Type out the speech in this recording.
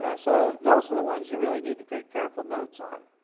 ah so those are the ones you really need to take careful notes on,